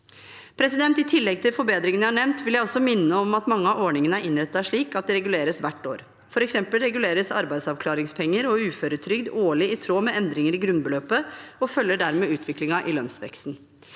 etter. I tillegg til forbedringene jeg har nevnt, vil jeg også minne om at mange av ordningene er innrettet slik at de reguleres hvert år. For eksempel reguleres arbeidsavklaringspenger og uføretrygd årlig i tråd med endringer i grunnbeløpet og følger dermed utviklingen i lønnsveksten.